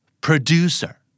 producer